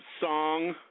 song